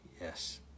Yes